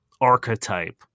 archetype